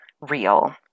real